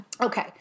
Okay